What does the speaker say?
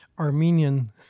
Armenian